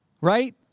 right